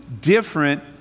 different